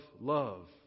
love